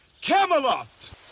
Camelot